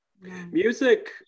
music